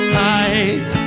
hide